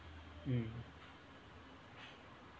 mm